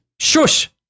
Shush